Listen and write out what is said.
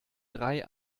drei